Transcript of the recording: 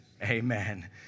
Amen